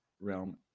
realm